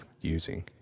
using